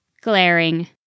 glaring